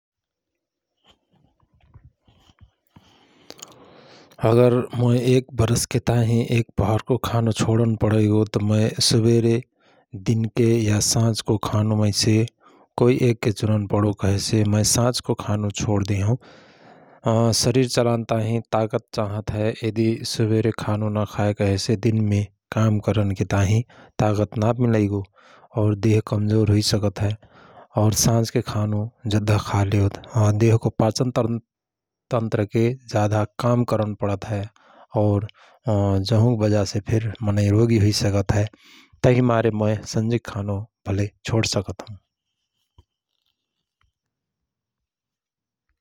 अगर मोए एक बरसके ताहिं एक पहर को खानु छोडन पणैगोत मए सुबेरे, दिनके या सांझको खानु मैसे कोइ एकके चुनन पणो कहेसे मए सांझको खानु छोडदेहओं । शारीर चलानताही तागत चांहत हए यदि सुबेरे खानु नाखाए कहेसे दिनमे कामकरनके ताहिं तागत नामिलैगो और देह कम्जोर हुइ सकत हए। और साँझके खानु जद्धा खालेओत देहको पाचनतन्त्र के जाधा काम करन पणत है और अँ जहुंक बजासे फिर मनै रोगी हुसकत है। तहि मारे मै सन्झिक खानु भले छोण सकत हओं।